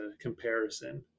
comparison